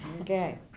Okay